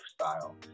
lifestyle